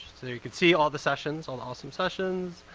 you can see all the sessions, all the awesome sessions,